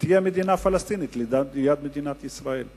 שתהיה מדינה פלסטינית ליד מדינת ישראל.